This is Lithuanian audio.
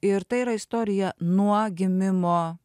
ir tai yra istorija nuo gimimo